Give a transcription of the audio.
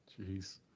Jeez